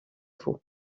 veau